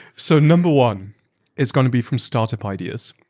so number one is going to be from startup ideas